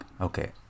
okay